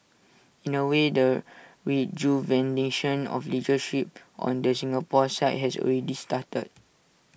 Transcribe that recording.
in A way the rejuvenation of leadership on the Singapore side has already started